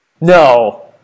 No